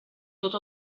tots